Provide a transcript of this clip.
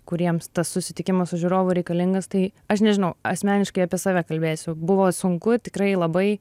kuriems tas susitikimas su žiūrovu reikalingas tai aš nežinau asmeniškai apie save kalbėsiu buvo sunku tikrai labai